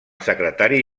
secretari